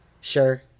Sure